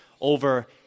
over